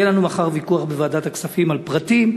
יהיה לנו מחר ויכוח בוועדת הכספים על פרטים,